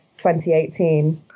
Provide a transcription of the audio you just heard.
2018